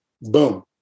Boom